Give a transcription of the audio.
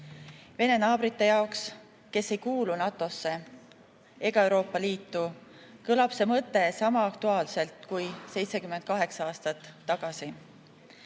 Vene naabrite jaoks, kes ei kuulu NATO‑sse ega Euroopa Liitu, kõlab see mõte sama aktuaalselt kui 78 aastat